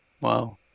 Wow